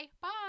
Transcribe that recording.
Bye